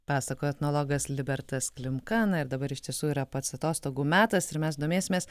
pasakojo etnologas libertas klimka na ir dabar iš tiesų yra pats atostogų metas ir mes domėsimės